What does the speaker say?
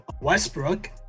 Westbrook